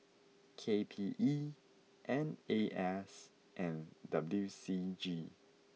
K P E N A S and W C G